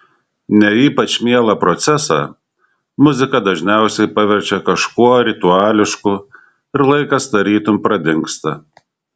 ne ypač mielą procesą muzika dažniausiai paverčia kažkuo rituališku ir laikas tarytum pradingsta